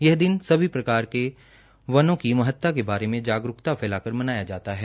यह दिन सभी प्रकार के वनों की मनाये महत्ता के बारे में जागरूकता फैलाकर मनाया जाता है